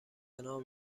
نام